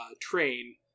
train